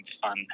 fun